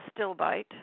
stillbite